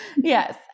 Yes